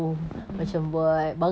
a'ah